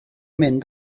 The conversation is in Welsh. mynd